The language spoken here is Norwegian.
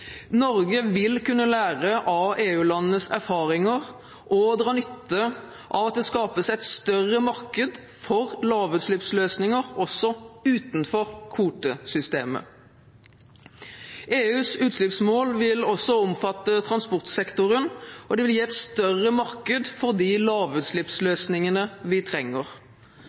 Norge vil kunne lære av EU-landenes erfaringer og dra nytte av at det skapes et større marked for lavutslippsløsninger også utenfor kvotesystemet. EUs utslippsmål vil også omfatte transportsektoren, og det vil gi et større marked for de lavutslippsløsningene vi trenger.